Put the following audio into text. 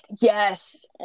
Yes